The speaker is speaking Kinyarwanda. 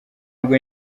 ubwo